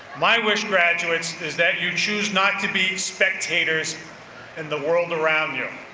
my wish graduates is that you choose not to be spectators in the world around you,